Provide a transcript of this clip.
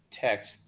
text